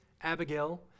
Abigail